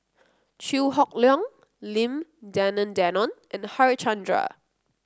Chew Hock Leong Lim Denan Denon and Harichandra